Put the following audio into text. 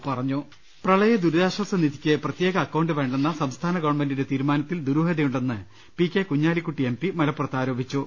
ലലലലലലലലലലലലല പ്രളയ ദുരിതാശാസനിധിയ്ക്ക് പ്രത്യേക അക്കൌണ്ട് വേണ്ടെന്ന സംസ്ഥാന ഗവൺമെന്റിന്റെ തീരുമാനത്തിൽ ദുരൂഹതയുണ്ടെന്ന് P K Kunhalikutty M P മലപ്പുറത്ത് പറഞ്ഞു